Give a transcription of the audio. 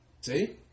See